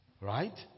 Right